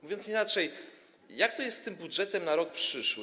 Mówiąc inaczej, jak to jest z tym budżetem na rok przyszły?